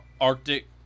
Arctic